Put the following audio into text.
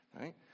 Right